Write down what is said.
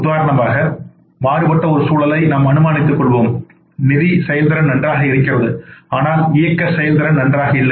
உதாரணமாக மாறுபட்ட ஒரு சூழலை நாம் அனுமானித்துக் கொள்வோம் நிதி செயல்திறன் நன்றாக இருக்கிறது ஆனால் இயக்க செயல்திறன் நன்றாக இல்லை